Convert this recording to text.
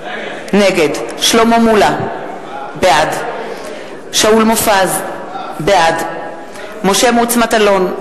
נגד שלמה מולה, בעד שאול מופז, בעד משה מטלון,